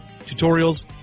Tutorials